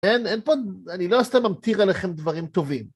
כן, אין פה, אני לא סתם אמטיר עליכם דברים טובים.